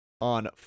on